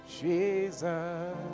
Jesus